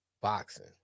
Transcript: boxing